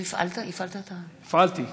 הפעלתי.